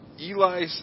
Eli